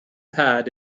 pad